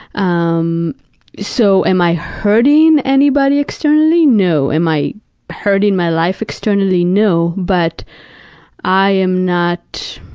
um so, am i hurting anybody externally? no. am i hurting my life externally? no. but i am not